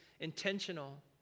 intentional